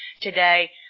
today